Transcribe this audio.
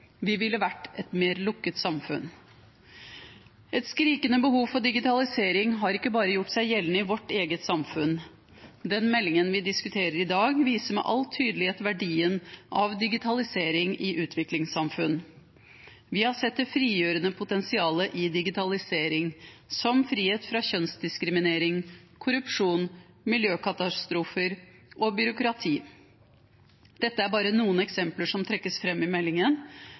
Vi ville vært et mer lukket samfunn. Et skrikende behov for digitalisering har ikke bare gjort seg gjeldende i vårt eget samfunn. Den meldingen vi diskuterer i dag, viser med all tydelighet verdien av digitalisering i utviklingssamfunn. Vi har sett det frigjørende potensialet i digitalisering, som frihet fra kjønnsdiskriminering, korrupsjon, miljøkatastrofer og byråkrati. Dette er bare noen eksempler som trekkes fram i meldingen.